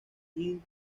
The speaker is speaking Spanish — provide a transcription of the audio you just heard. ibn